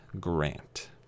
Grant